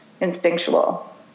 instinctual